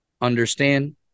understand